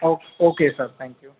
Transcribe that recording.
okay okay sir thank you